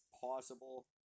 possible